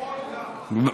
גם מחול.